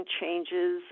changes